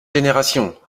générations